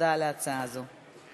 תודה על ההצעה הזאת.